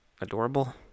adorable